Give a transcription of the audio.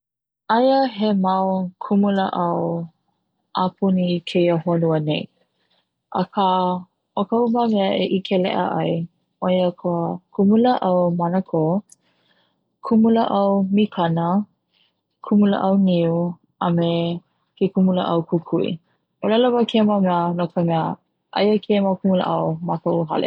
Aia he mau kumulāʻau apuni keia honua nei, aka o koʻu mau mea e ʻike leʻa ai ʻoi a ka kumulāʻau manako, kumulāʻau mikana kumulāʻau niu a me ke kumulāʻau kukui, ʻōlelo wau i keēa mau mea no ka mea aia keia mau kumulaʻau ma koʻu hale.